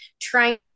trying